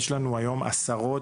יש לנו היום עשרות,